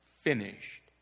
finished